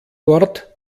dort